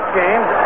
games